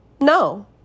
No